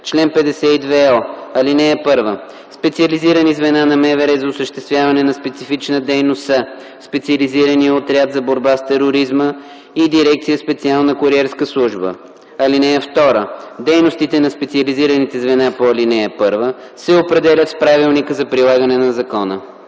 Чл. 52о. (1) Специализирани звена на МВР за осъществяване на специфична дейност са Специализираният отряд за борба с тероризма и дирекция „Специална куриерска служба”. (2) Дейностите на специализираните звена по ал. 1 се определят с правилника за прилагане на закона.”